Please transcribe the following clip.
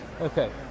Okay